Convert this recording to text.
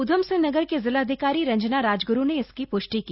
ऊधमसिंह नगर की जिलाधिकारी रंजना राजग्रू ने इसकी प्ष्टि की